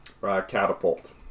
Catapult